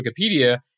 Wikipedia